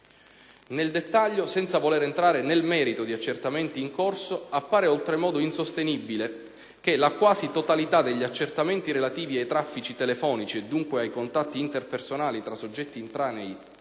Nel dettaglio, senza voler entrare nel merito di accertamenti in corso, appare oltremodo insostenibile che la quasi totalità degli accertamenti relativi ai traffici telefonici, e dunque ai contatti interpersonali tra soggetti estranei ai Servizi